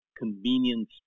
convenience